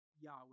Yahweh